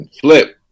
flip